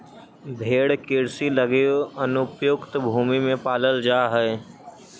भेंड़ कृषि लगी अनुपयुक्त भूमि में पालल जा हइ